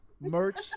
Merch